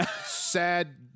sad